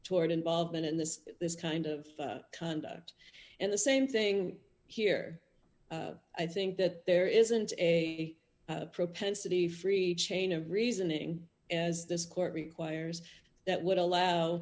toward involvement in this this kind of conduct and the same thing here i think that there isn't a propensity free chain of reasoning as this court requires that would allow